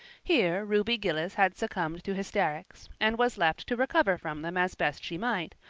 here ruby gillis had succumbed to hysterics, and was left to recover from them as best she might,